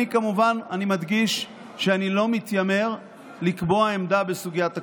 אני כמובן מדגיש שאני לא מתיימר לקבוע עמדה בסוגיית הקלון.